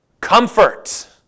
comfort